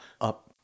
up